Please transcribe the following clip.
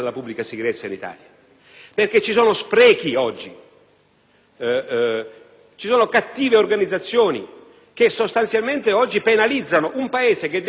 ci sono cattive organizzazioni che sostanzialmente penalizzano un Paese che destina risorse adeguate alla sicurezza e che ha, nel suo complesso,